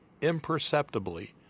imperceptibly